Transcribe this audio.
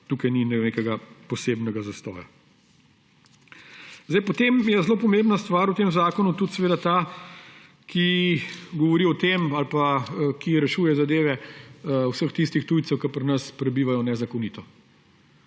tukaj ni nekega posebnega zastoja. Potem je ena zelo pomembna stvar v tem zakonu tudi ta, ki govori o tem ali pa ki rešuje zadeve vseh tistih tujcev, ki pri nas prebivajo nezakonito.